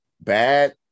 bad